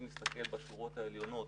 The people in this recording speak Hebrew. אם נסתכל בשורות העליונות,